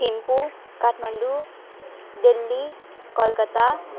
Thimphu Kathmandu Delhi Calcutta